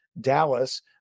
Dallas